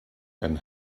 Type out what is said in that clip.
and